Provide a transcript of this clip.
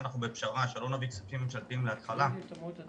יש בעולמות שלנו איזה שהוא יתרון של צדק,